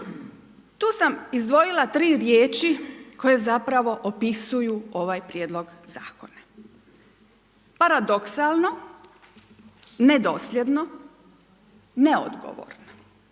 Tu sam izdvojila tri riječi koje zapravo opisuju ovaj Prijedlog zakona. Paradoksalno, nedosljedno, neodgovorno.